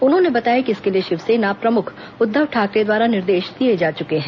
उन्होंने बताया कि इसके लिए शिवसेना प्रमुख उद्वव ठाकरे द्वारा निर्देश दिए जा चुके हैं